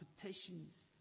petitions